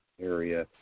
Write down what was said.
area